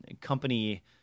company